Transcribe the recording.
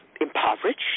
impoverished